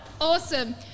Awesome